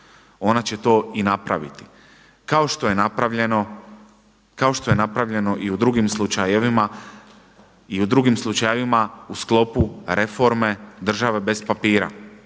ona će to i napraviti kao što je napravljeno i u drugim slučajevima u sklopu reforme „država bez papira“